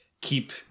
keep